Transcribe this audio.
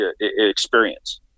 experience